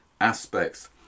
aspects